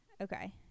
okay